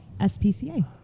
SPCA